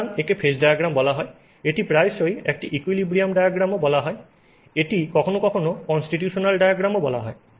সুতরাং একে phase diagram বলা হয় এটি প্রায়শই একটি ইকুইলিব্রিয়াম ডায়াগ্রামও বলা হয় এটি কখনও কখনও কনস্টিটিউশনাল ডায়াগ্রাম বলা হয়